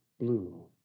blue